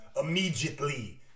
immediately